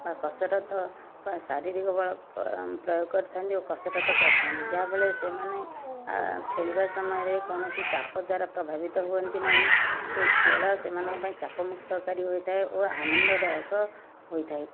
ବା କସରତ କା ଶାରୀରିକ ବଳକୁ ପ୍ରୟୋଗ କରିଥାନ୍ତି ଓ କସରତ କରିଥାନ୍ତି ଯାହା ଫଳରେ ସେମାନେ ଖେଳିବା ସମୟରେ କୌଣସି ଚାପ ଦ୍ୱାରା ପ୍ରଭାବିତ ହୁଅନ୍ତି ନାହିଁ ସେଇ ଖେଳ ସେମାନଙ୍କ ପାଇଁ ଚାପମୁକ୍ତକାରୀ ହୋଇଥାଏ ଓ ଆନନ୍ଦଦାୟକ ହୋଇଥାଏ